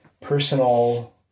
personal